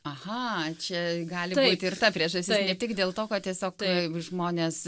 aha čia gali būti ir ta priežastis ne tik dėl to kad tiesiog taip žmonės